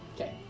Okay